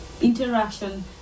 interaction